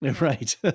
Right